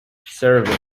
survey